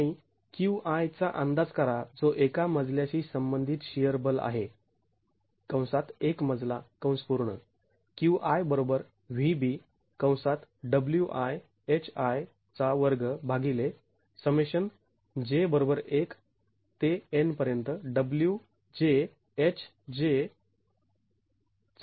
आणि Qi चा अंदाज करा जो एका मजल्याशी संबंधित शिअर बल आहे एक मजला